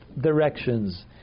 directions